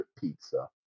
pizza